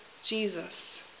Jesus